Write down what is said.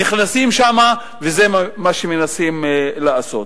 נכנסים לשם וזה מה שמנסים לעשות.